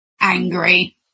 angry